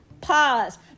pause